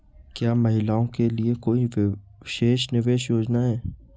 क्या महिलाओं के लिए कोई विशेष निवेश योजना है?